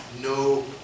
no